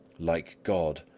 like god,